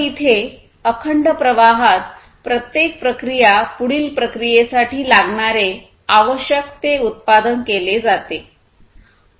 तर इथे अखंड प्रवाहात प्रत्येक प्रक्रिया पुढील प्रक्रिये साठी लागणारे आवश्यक ते उत्पादन केले जाते